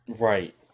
right